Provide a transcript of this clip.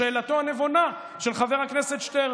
לשאלתו הנבונה של חבר הכנסת שטרן.